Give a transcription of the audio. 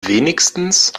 wenigstens